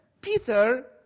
Peter